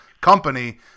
company